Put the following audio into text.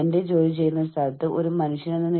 എന്റെ സമയപരിധി എനിക്ക് സുഖമോ അസൌകര്യമോ ആകാം